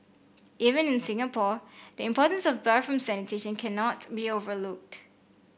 even in Singapore the importance of bathroom sanitation cannot be overlooked